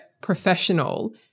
professional